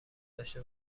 داشته